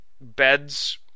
beds